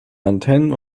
antennen